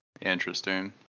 Interesting